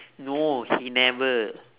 no he never